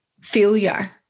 failure